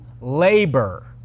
labor